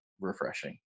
refreshing